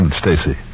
Stacy